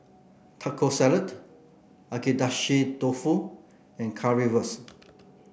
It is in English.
Taco Salad Agedashi Dofu and Currywurst